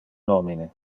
nomine